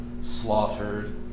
slaughtered